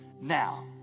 Now